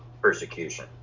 persecution